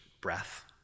breath